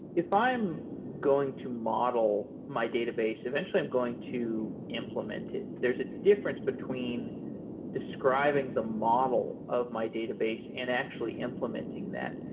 if i am going to model my database, eventually i'm going to implement it. there's a difference between describing the model of my database and actually implementing that.